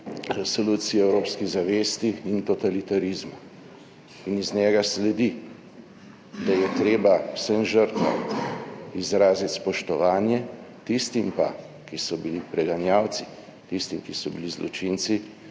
Resoluciji o evropski zavesti in totalitarizmu. In iz njega sledi, da je treba vsem žrtvam izraziti spoštovanje, tistim pa, ki so bili preganjalci, tistim, ki so bili zločinci,